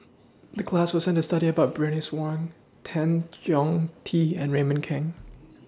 The class assignment was to study about Bernice Wong Tan Chong Tee and Raymond Kang